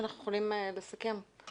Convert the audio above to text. לזה שאנחנו דנים בנושא שקשורים אליו חיי